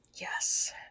Yes